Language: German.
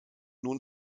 nun